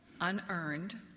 unearned